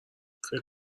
فکر